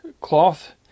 cloth